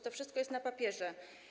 To wszystko jest na papierze.